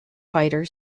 fighter